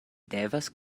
devas